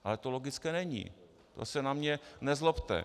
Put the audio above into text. Ale to logické není, to se na mě nezlobte.